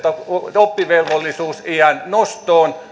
perusoppivelvollisuusiän nostoon